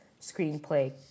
Screenplay